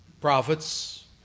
Prophets